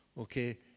okay